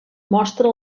mostra